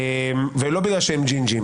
ולא בגלל שהם ג'ינג'ים